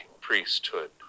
priesthood